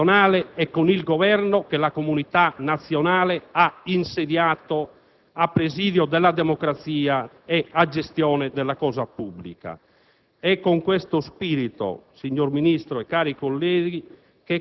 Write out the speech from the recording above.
chiare nel loro rapporto con la comunità nazionale e con il Governo, che la comunità nazionale ha insediato a presidio della democrazia e a gestione della cosa pubblica.